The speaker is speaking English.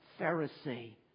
Pharisee